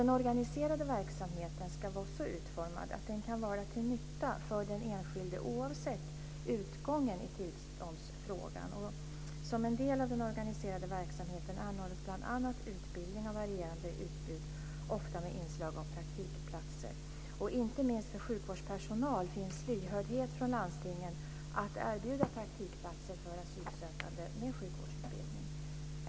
Den organiserade verksamheten ska vara så utformad att den kan vara till nytta för den enskilde oavsett utgången i tillståndsfrågan. Som en del av den organiserade verksamheten anordnas bl.a. utbildning av varierande utbud, ofta med inslag av praktikplatser. Inte minst för sjukvårdspersonal finns lyhördhet från landstingen att erbjuda praktikplatser för asylsökande med sjukvårdsutbildning.